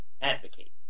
advocate